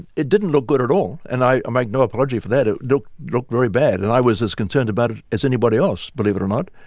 it didn't look good at all, and i make no apology for that. it looked very bad, and i was as concerned about it as anybody else, believe it or not.